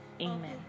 Amen